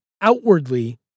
outwardly